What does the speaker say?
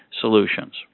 solutions